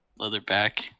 Leatherback